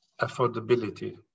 affordability